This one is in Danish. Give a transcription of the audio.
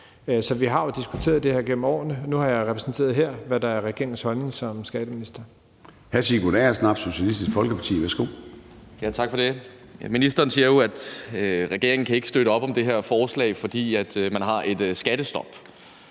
Så vi har jo diskuteret det her igennem årene. Nu har jeg som skatteminister repræsenteret her, hvad der er regeringens holdning. Kl.